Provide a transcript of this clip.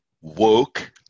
woke